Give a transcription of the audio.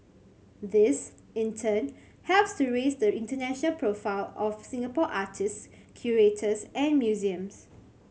this in turn helps to raise the international profile of Singapore artist curators and museums